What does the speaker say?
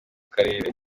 karere